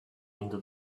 into